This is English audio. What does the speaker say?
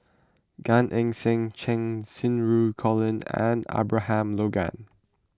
Gan Eng Seng Cheng Xinru Colin and Abraham Logan